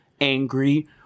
angry